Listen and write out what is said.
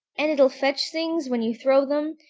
and it'll fetch things when you throw them,